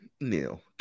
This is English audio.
Neil